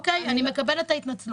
אני מקבלת את ההתנצלות.